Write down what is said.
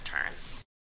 returns